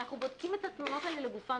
אנחנו בודקים את התלונות האלה לגופן